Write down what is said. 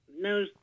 no